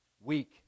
weak